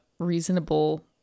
reasonable